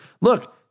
Look